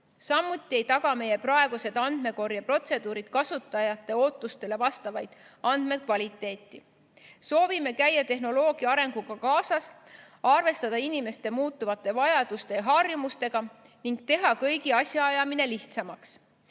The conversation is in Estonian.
Samuti ei taga meie praegused andmekorjeprotseduurid kasutajate ootustele vastavat andmekvaliteeti. Soovime käia tehnoloogia arenguga kaasas, arvestada inimeste muutuvate vajaduste ja harjumustega ning teha kõigi asjaajamine lihtsamaks.